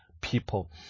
people